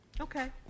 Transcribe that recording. Okay